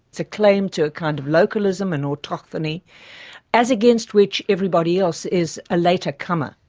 it's a claim to a kind of localism and autochthony as against which everybody else is a later comer,